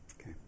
Okay